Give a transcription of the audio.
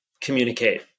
communicate